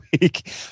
week